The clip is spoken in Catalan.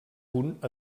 punt